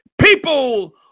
People